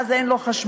ואז אין לו חשמל.